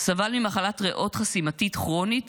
סבל ממחלת ריאות חסימתית כרונית